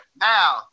Now